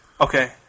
Okay